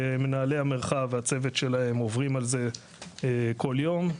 ומנהלי המרחב והצוות שלהם עוברים על זה כל יום.